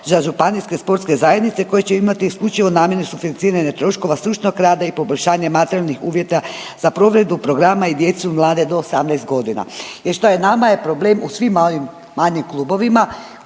za županijske sportske zajednice koje će imati isključivo namjene sufinanciranja troškova stručnog rada i poboljšanje materijalnih uvjeta za provedbu programa i djecu mlade do 18 godina. Jer što je, nama je problem u svim manjim klubovima,